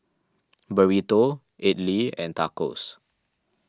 Burrito Idili and Tacos